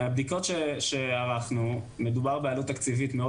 מהבדיקות שערכנו מדובר בעלות תקציבית מאוד